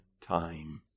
time